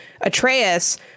atreus